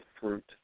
fruit